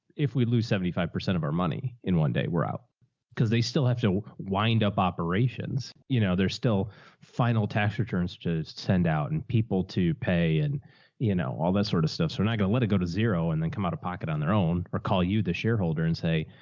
if we lose seventy five percent of our money in one day, we're out because they still have to wind up operations. you know, they're still final tax returns to send out and people to pay and you know, all that sort of stuff. so we're not going to let it go to zero and then come out of pocket on their own or call you the shareholder and say.